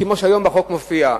כמו שהיום מופיע בחוק,